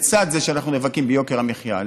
לצד זה שאנחנו נאבקים ביוקר המחיה,